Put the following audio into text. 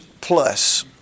plus